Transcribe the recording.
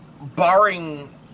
Barring